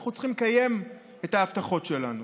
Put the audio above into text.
אנחנו צריכים לקיים את ההבטחות שלנו.